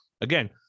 Again